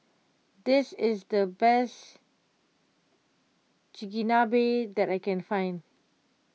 this is the best Chigenabe that I can find